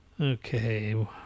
Okay